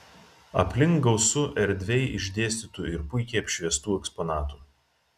aplink gausu erdviai išdėstytų ir puikiai apšviestų eksponatų